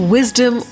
Wisdom